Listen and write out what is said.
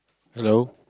hello